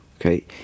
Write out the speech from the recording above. Okay